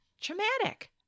traumatic